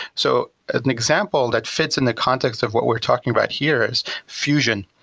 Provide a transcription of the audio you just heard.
so an example that fits in the context of what we are talking about here is fusion.